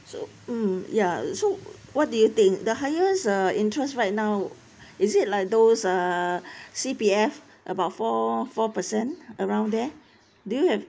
so um ya so err what do you think the highest uh interest right now is it like those uh C_P_F about four four percent around there do you have